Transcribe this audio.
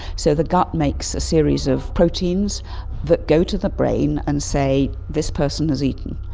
so the gut makes a series of proteins that go to the brain and say this person has eaten,